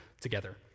together